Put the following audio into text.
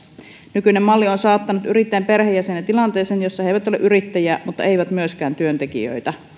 nykyinen malli on saattanut yrittäjän perheenjäsenet tilanteeseen jossa he eivät ole yrittäjiä mutta eivät myöskään työntekijöitä